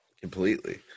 Completely